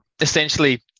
essentially